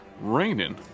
raining